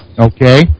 okay